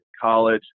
college